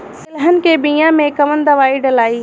तेलहन के बिया मे कवन दवाई डलाई?